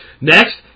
Next